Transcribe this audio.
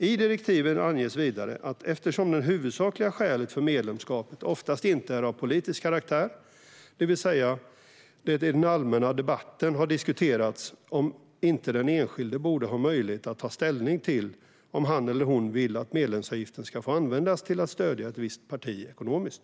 I direktiven anges vidare att, eftersom det huvudsakliga skälet för medlemskapet oftast inte är av politisk karaktär, det i den allmänna debatten har diskuterats om inte den enskilde borde ha möjlighet att ta ställning till om han eller hon vill att medlemsavgiften ska få användas till att stödja ett visst parti ekonomiskt.